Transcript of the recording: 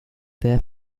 their